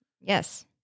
Yes